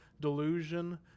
delusion